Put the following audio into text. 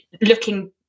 looking